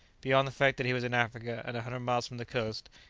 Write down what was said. beyond the fact that he was in africa and hundred miles from the coast,